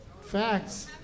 facts